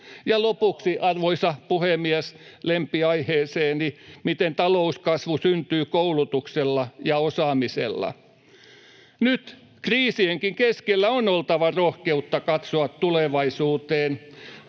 Ja lopuksi, arvoisa puhemies, lempiaiheeseeni, miten talouskasvu syntyy koulutuksella ja osaamisella. Nyt kriisienkin keskellä on oltava rohkeutta katsoa tulevaisuuteen.